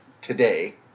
today